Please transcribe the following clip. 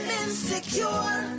insecure